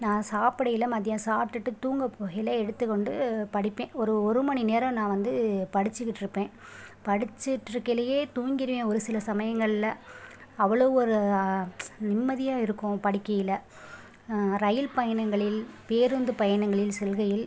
நான் சாப்பிடையில மதியம் சாப்பிட்டுட்டு தூங்க போகயில் எடுத்துக்கொண்டு படிப்பேன் ஒரு ஒரு மணி நேரம் நான் வந்து படித்துக்கிட்டுருப்பேன் படிச்சிட்ருக்கையிலையே தூங்கிடுவேன் ஒரு சில சமயங்களில் அவ்வளோ ஒரு நிம்மதியாக இருக்கும் படிக்கையில் ரயில் பயணங்களில் பேருந்து பயணங்களில் செல்கையில்